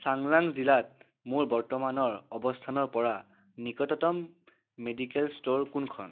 চাংলাং জিলাত মোৰ বৰ্তমানৰ অৱস্থানৰ পৰা নিকটতম মেডিকেল ষ্ট'ৰ কোনখন